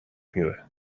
میره